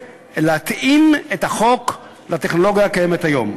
להתאים את החוק לטכנולוגיה הקיימת היום.